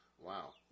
wow